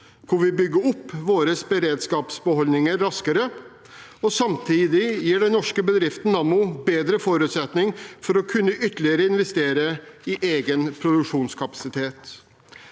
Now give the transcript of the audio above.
hvor vi bygger opp våre beredskapsbeholdninger raskere og samtidig gir den norske bedriften Nammo bedre forutsetninger for å kunne investere ytterligere i egen produksjonskapasitet.